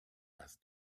asked